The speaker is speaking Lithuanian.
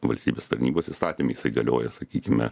valstybės tarnybos įstatyme jisai galioja sakykime